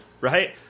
right